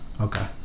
Okay